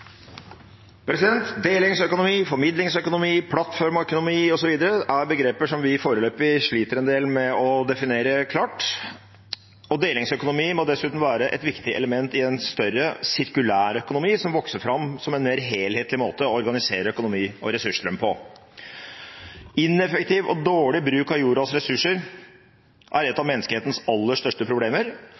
begreper som vi foreløpig sliter en del med å definere klart. Delingsøkonomi må dessuten være et viktig element i en større sirkulærøkonomi som vokser fram som en mer helhetlig måte å organisere økonomi og ressursstrøm på. Ineffektiv og dårlig bruk av jordas ressurser er et av menneskehetens aller største problemer,